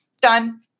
done